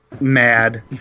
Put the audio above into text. mad